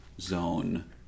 zone